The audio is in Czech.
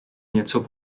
něco